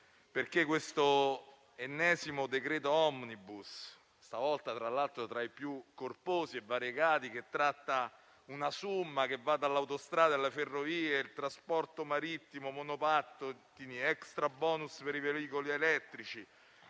di questo ennesimo decreto-legge *omnibus* - stavolta, tra l'altro, tra i più corposi e variegati - che tratta una *summa* che va dalle autostrade alle ferrovie, dal trasporto marittimo ai monopattini e all'extrabonus per i veicoli elettrici.